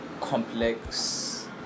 complex